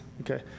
Okay